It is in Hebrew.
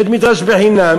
בית-מדרש בחינם.